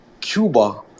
Cuba